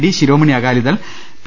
D Shiromani Akali Dal P